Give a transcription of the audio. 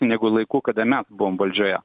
negu laiku kada mes buvom valdžioje